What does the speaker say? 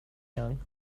young